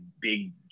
big